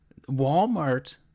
Walmart